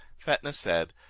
fetnah said,